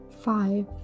five